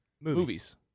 Movies